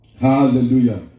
Hallelujah